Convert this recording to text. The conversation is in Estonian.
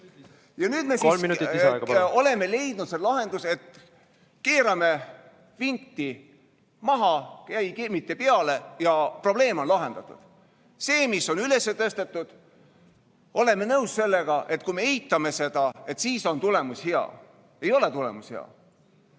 Nüüd me oleme leidnud sellise lahenduse, et keerame vinti maha, mitte peale, ja probleem on lahendatud. See, mis on üles tõstetud – oleme nõus sellega, et kui me eitame seda, siis on tulemus hea. Ei ole tulemus